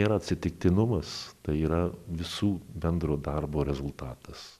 nėra atsitiktinumas tai yra visų bendro darbo rezultatas